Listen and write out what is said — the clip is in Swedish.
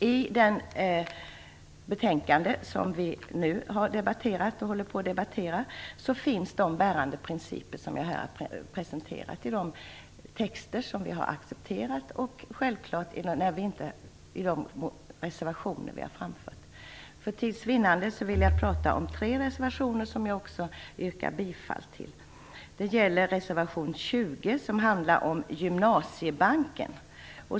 I det betänkande som vi nu debatterar finns det bärande principer, som jag här har presenterat, i de texter som vi har accepterat och självfallet i de reservationer som vi har har avgett. För tids vinnande vill jag ta upp tre reservationer som jag också yrkar bifall till. Det gäller reservation 20 som handlar om gymnasiebanken.